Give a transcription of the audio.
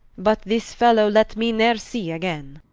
but this fellow let me ne're see againe.